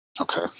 Okay